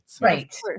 Right